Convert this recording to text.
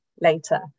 later